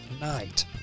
night